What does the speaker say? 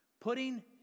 Putting